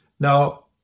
Now